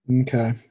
Okay